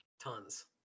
Tons